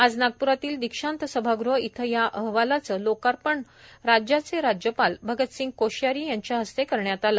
आज नागप्रातील दीक्षांत सभागृह येथे या अहवालाचे लोकार्पण राज्याचे राज्यपाल भगतसिंग कोश्यारी यांच्या हस्ते करण्यात आले